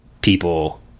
people